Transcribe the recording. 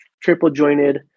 triple-jointed